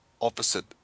opposite